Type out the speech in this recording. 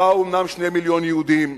שבאו אומנם 2 מיליוני יהודים,